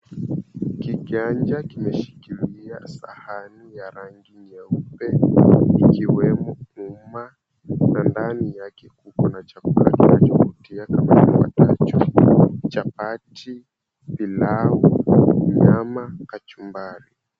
Kiganja kimeshikilia sahani ya rangi nyeupe kikiwemo uma na ndani yake kuko na chakula kinachovutia kama kifuatacho chapati, pilau, nyama, kachumbari.